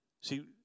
See